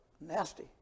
nasty